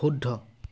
শুদ্ধ